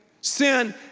Sin